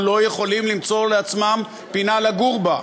או לא יכולים למצוא לעצמם פינה לגור בה.